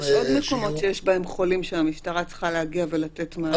יש עוד מקומות שיש בהם חולים שהמשטרה צריכה להגיע ולתת מענה.